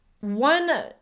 one